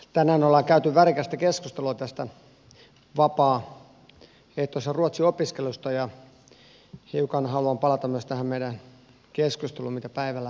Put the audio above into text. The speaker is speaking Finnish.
tänään ollaan käyty värikästä keskustelua vapaaehtoisen ruotsin opiskelusta ja hiukan haluan palata myös tähän meidän keskusteluun mitä päivällä käytiin